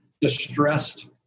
distressed